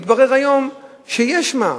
מתברר היום שיש מע"מ,